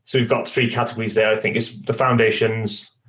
so we've got three categories there, i think is the foundations,